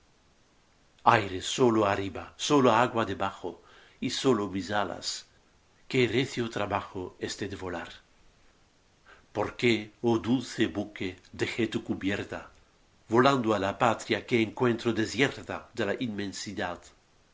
aire sólo arriba sólo agua debajo yo sólo mis alas qué recio trabajo este de volar porque oh dulce buque dejé tu cubierta volando á la patria que encuentro desierta de la inmensidad